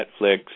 Netflix